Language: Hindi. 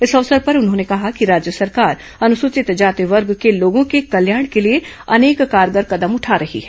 इस अवसर पर उन्होंने कहा कि राज्य सरकार अनुसूचित जाति वर्ग के लोगों के कल्याण के लिए अनेक कारगर कदम उठा रही हैं